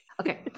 Okay